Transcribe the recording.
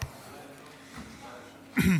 אריאל קלנר (הליכוד):